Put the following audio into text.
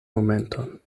momenton